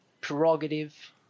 Prerogative